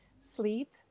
sleep